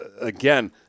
again